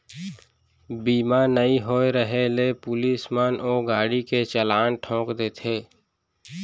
बीमा नइ होय रहें ले पुलिस मन ओ गाड़ी के चलान ठोंक देथे